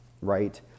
right